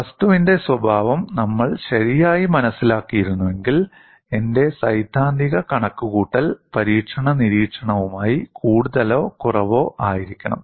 വസ്തുവിന്റെ സ്വഭാവം നമ്മൾ ശരിയായി മനസിലാക്കിയിരുന്നെങ്കിൽ എന്റെ സൈദ്ധാന്തിക കണക്കുകൂട്ടൽ പരീക്ഷണ നിരീക്ഷണവുമായി കൂടുതലോ കുറവോ ആയിരിക്കണം